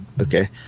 okay